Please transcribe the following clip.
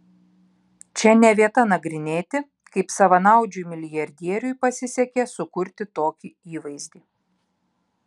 čia ne vieta nagrinėti kaip savanaudžiui milijardieriui pasisekė sukurti tokį įvaizdį